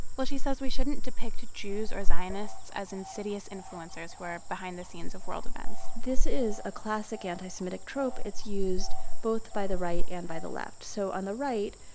well, she says we shouldn't depict jews or zionists as insidious influencers who are behind the scenes of world events this is a classic anti-semitic trope. it's used both by the right and by the left. so on the right,